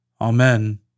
Amen